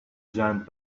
giant